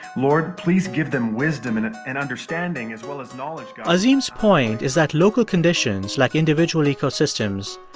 lord, please give them wisdom and and understanding, as well as knowledge. azim's point is that local conditions, like individual ecosystems,